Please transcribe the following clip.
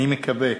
אני מקווה